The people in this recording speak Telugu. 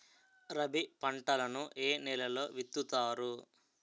రబీ పంటలను ఏ నెలలో విత్తుతారు?